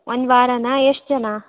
ಒಂದು ವಾರನಾ ಎಷ್ಟು ಜನ